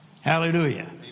Hallelujah